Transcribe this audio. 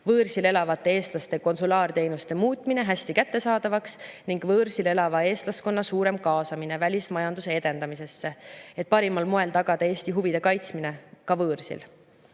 võõrsil elavate eestlaste konsulaarteenuste muutmine hästi kättesaadavaks ning võõrsil elava eestlaskonna suurem kaasamine välismajanduse edendamisse, et parimal moel tagada Eesti huvide kaitsmine ka võõrsil.